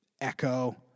echo